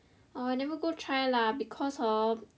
!wah! never go try lah because hor